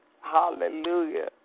Hallelujah